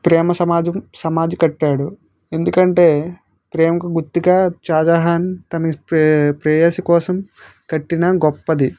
ప్రేమ సమాజం ప్రేమ సమాధి కట్టాడు ఎందుకంటే ప్రేమకు గుర్తుగా షాజహాన్ తన ప్రే ప్రేయసి కోసం కట్టిన గొప్పది